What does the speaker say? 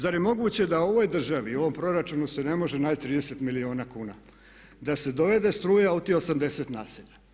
Zar je moguće da u ovoj državi, u ovom proračunu se ne može naći 30 milijuna kuna da se dovede struja u tih 80 naselja?